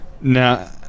Now